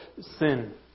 sin